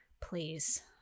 please